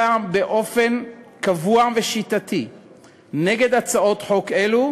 באופן קבוע ושיטתי נגד הצעות חוק אלו,